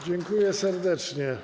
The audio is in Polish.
Dziękuję serdecznie.